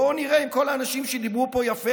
בואו נראה אם כל האנשים שדיברו פה יפה,